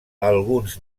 alguns